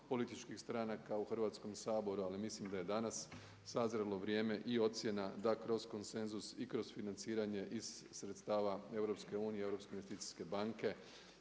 političkih stranaka u Hrvatskom saboru, ali mislim da je danas sazrjelo vrijeme i ocjena da kroz konsenzus i kroz financiranje iz sredstava EU, Europske